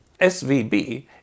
SVB